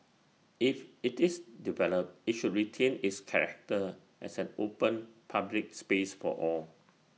if IT is developed IT should retain its character as an open public space for all